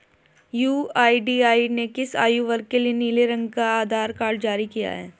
UIDAI ने किस आयु वर्ग के लिए नीले रंग का बाल आधार कार्ड जारी किया है?